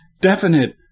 definite